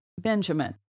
Benjamin